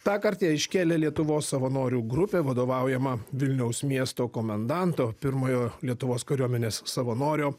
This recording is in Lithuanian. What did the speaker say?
tąkart ją iškėlė lietuvos savanorių grupė vadovaujama vilniaus miesto komendanto pirmojo lietuvos kariuomenės savanorio